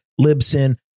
Libsyn